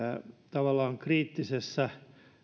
tavallaan kriittisessä